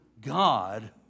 God